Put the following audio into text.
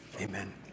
amen